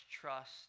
trust